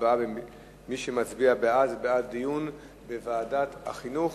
מי שמצביע בעד, זה בעד דיון בוועדת החינוך,